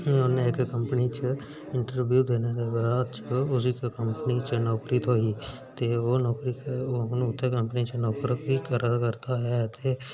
उ'नें इक कंपनी च इंटरब्यू दे बाद च उस्सी इक कंपनी च नौकरी थ्होई ते ओह् नौकरी ओह् उ'न्न उत्थैं गै नौकरी करा करदा ऐ ते